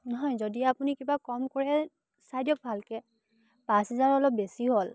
নহয় যদি আপুনি কিবা কম কৰে চাই দিয়ক ভালকৈ পাঁচ হেজাৰ অলপ বেছি হ'ল